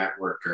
networker